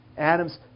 Adam's